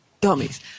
dummies